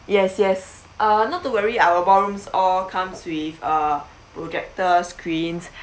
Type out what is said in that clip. yes yes uh not to worry our ballrooms all comes with uh projector screens